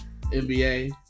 NBA